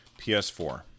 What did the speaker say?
PS4